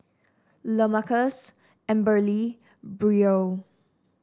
Lamarcus Amberly Brielle